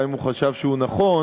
גם אם הוא חשב שהוא נכון,